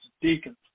deacons